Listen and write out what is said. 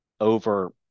over